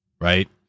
right